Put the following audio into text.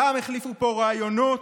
פעם החליפו פה רעיונות,